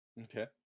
okay